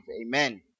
Amen